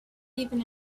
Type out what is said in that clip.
even